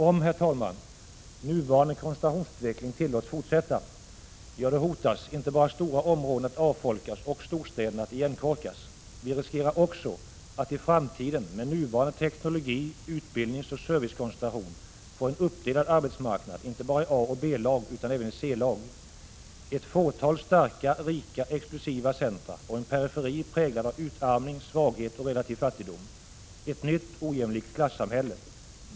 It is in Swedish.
Om, herr talman, nuvarande koncentrationsutveckling tillåts fortsätta — ja, då hotas inte bara stora områden att bli avfolkade och storstäderna att igenkorkas. Vi riskeras också att i framtiden, i förlängningen av nuvarande teknologi-, utbildningsoch servicekoncentration, få en arbetsmarknad som är uppdelad inte bara i A och B-lag utan även C-lag - ett fåtal starka, rika och exklusiva centra och en periferi präglad av utarmning, svaghet och relativ fattigdom; ett nytt ojämlikt klassamhälle.